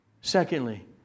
Secondly